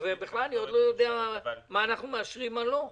בכלל אני עוד לא יודע מה אנחנו מאשרים או לא.